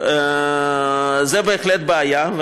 זו בהחלט בעיה,